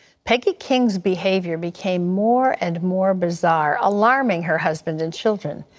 peggy king's behavior became more and more bizarre, alarming her husband and children.